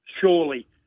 surely